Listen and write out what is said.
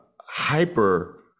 hyper